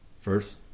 first